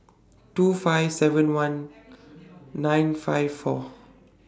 two five seven one nine five four